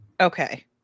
Okay